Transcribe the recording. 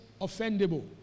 offendable